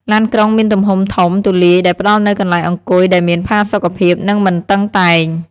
ឡានក្រុងមានទំហំធំទូលាយដែលផ្តល់នូវកន្លែងអង្គុយដែលមានផាសុកភាពនិងមិនតឹងតែង។